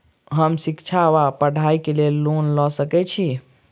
हम शिक्षा वा पढ़ाई केँ लेल लोन लऽ सकै छी?